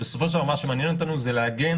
בסופו של דבר מה שמעניין אותנו זה להגן